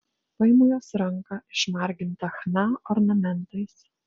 paimu jos ranką išmargintą chna ornamentais